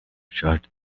charge